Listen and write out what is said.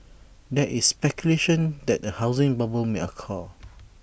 there is speculation that A housing bubble may occur